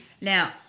Now